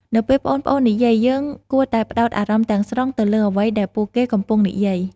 នៅពេលប្អូនៗនិយាយ យើងគួរតែផ្ដោតអារម្មណ៍ទាំងស្រុងទៅលើអ្វីដែលពួកគេកំពុងនិយាយ។